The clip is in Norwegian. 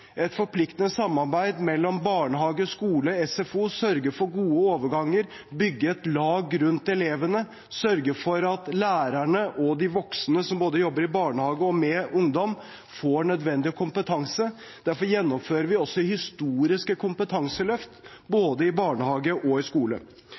et forpliktende samarbeid mellom barnehage, skole og SFO, sørge for gode overganger, bygge et lag rundt elevene, sørge for at lærerne og både de voksne som jobber i barnehage, og de voksne som jobber med ungdom, får nødvendig kompetanse. Derfor gjennomfører vi også historiske kompetanseløft